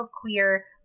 queer